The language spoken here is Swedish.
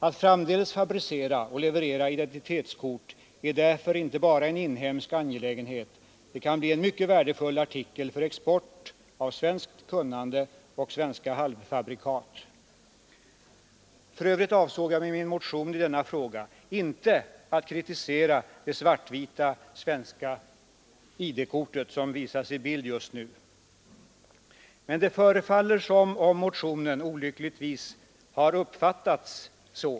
Att framdeles fabricera och leverera identitetskort är därför inte bara en inhemsk angelägenhet — det kan bli en mycket värdefull artikel för export av svenskt kunnande och svenska halvfabrikat. För övrigt avsåg jag med min motion i denna fråga inte att kritisera det svart-vita svenska ID-kortet, som visas i bild just nu på kammarens TV-skärm, men det förefaller som om motionen olyckligtvis har 170 uppfattats så.